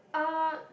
uh